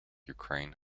ukraine